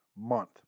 month